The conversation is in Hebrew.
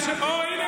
או-אה,